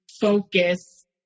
focus